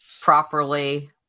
properly